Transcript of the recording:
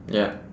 ya